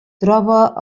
troba